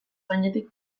gainetik